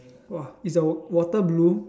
!wah! is the water blue